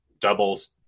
doubles